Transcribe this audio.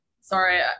sorry